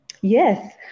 Yes